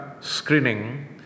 screening